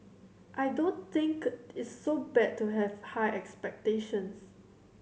I don't think it's so bad to have high expectations